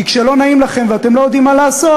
כי כשלא נעים לכם ואתם לא יודעים מה לעשות,